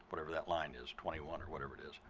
whatever that line is, twenty one or whatever it is.